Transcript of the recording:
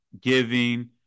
Giving